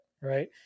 right